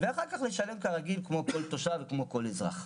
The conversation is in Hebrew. ואחר כך לשלם כרגיל כמו כל תושב ואזרח.